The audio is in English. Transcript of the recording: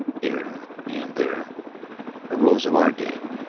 here and there are rows of our dead,